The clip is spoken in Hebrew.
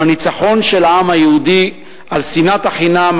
הוא הניצחון של העם היהודי על שנאת החינם,